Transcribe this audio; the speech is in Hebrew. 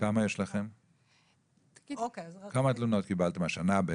כמה תלונות קיבלתם השנה?